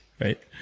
right